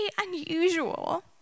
unusual